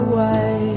Away